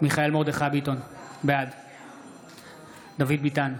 מיכאל מרדכי ביטון, בעד דוד ביטן,